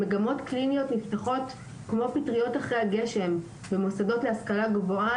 מגמות קליניות נפתחות כמו פטריות אחרי הגשם במוסדות להשכלה גבוהה,